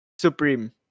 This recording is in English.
supreme